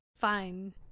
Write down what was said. fine